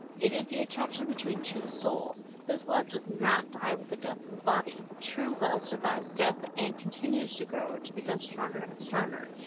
it is the attraction between two souls. this love does not die with the death of the body. true love survives death and continues to grow, to become stronger and stronger.